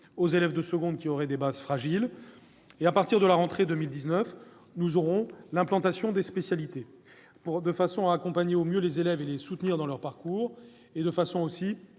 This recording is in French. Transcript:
aux élèves de seconde qui auraient des bases fragiles. À partir de la rentrée de 2019, l'implantation des spécialités permettra d'accompagner au mieux les élèves, de les soutenir dans leur parcours et d'organiser